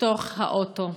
בתוך האוטו.